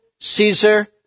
Caesar